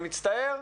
אני מצטער,